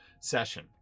session